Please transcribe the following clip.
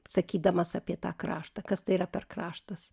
sakydamas apie tą kraštą kas tai yra per kraštas